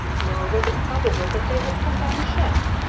nor was it probable that they had come down the shaft,